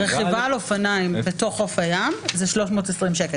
רכיבה על אופניים בתוך חוף הים זה 320 ש"ח,